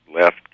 left